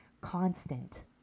Constant